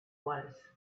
was